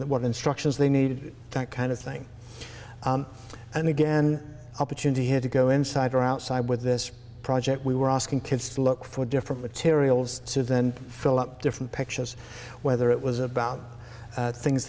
what instructions they need that kind of thing and again opportunity had to go inside or outside with this project we were asking kids to look for different materials to then fill up different pictures whether it was about things